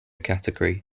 category